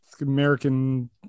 American